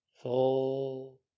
Full